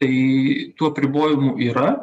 tai tų apribojimų yra